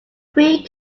three